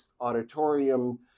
Auditorium